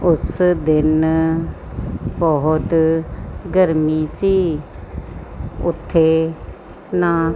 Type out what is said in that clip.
ਉਸ ਦਿਨ ਬਹੁਤ ਗਰਮੀ ਸੀ ਉੱਥੇ ਨਾ